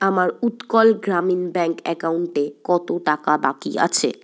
আমার উৎকল গ্রামীণ ব্যাঙ্ক অ্যাকাউন্টে কত টাকা বাকি আছে